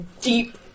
deep